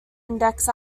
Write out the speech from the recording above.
index